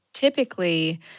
Typically